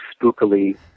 spookily